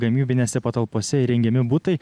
gamybinėse patalpose įrengiami butai